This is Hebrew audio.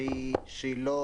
שהיא לא